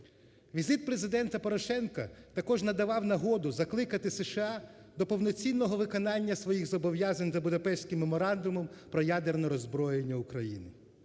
Візит Президента Порошенка також надавав нагоду закликати США до повноцінного виконання своїх зобов'язань за Будапештським меморандумом про ядерне роззброєння України,